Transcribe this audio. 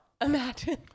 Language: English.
Imagine